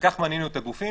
וכך מנינו את הגופים.